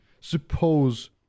suppose